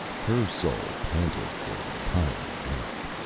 her soul panted for the higher life.